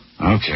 Okay